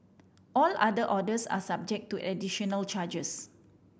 all other orders are subject to additional charges